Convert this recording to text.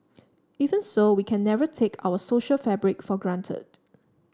even so we can never take our social fabric for granted